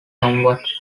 somewhat